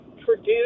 produce